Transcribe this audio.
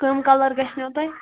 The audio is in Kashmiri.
کَم کَلر گژھِنو تۄہہِ